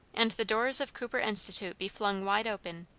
and the doors of cooper institute be flung wide open,